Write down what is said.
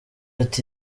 ati